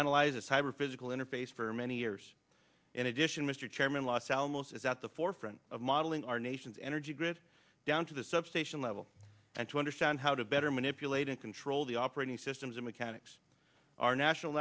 analyze a cyber physical interface for many years in addition mr chairman los alamos is at the forefront of modeling our nation's energy grid down to the substation level and to understand how to better manipulate and control the operating systems in mechanics our national